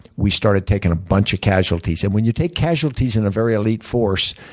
we started taking a bunch of casualties. and when you take casualties in a very elite force,